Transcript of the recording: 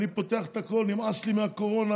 אני פותח את הכול, נמאס לי מהקורונה,